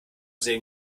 sehen